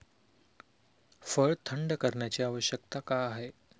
फळ थंड करण्याची आवश्यकता का आहे?